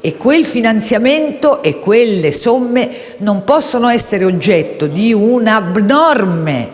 è pubblico, e quelle somme non possono essere oggetto di un abnorme